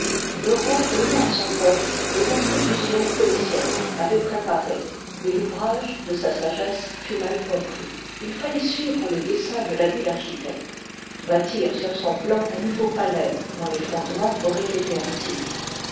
le roi donna à son peuple les institulions que les siècles avoient préparées mais l'ouvrage de sa sagesse fut mal compris il falloit suivre le dessein de l'habile architecte bâtir sur son plan un nouveau palais dont les fondemens auroient été antiques